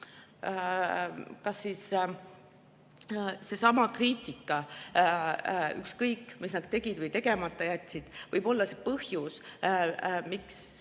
kas seesama kriitika, ükskõik mis nad tegid või tegemata jätsid, võib olla põhjus, miks